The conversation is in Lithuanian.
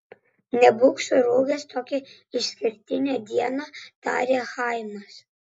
nebūk surūgęs tokią išskirtinę dieną tarė chaimas